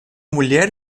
mulher